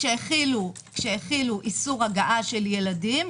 כשהחילו איסור הגעת ילדים,